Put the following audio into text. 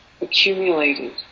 accumulated